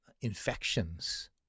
infections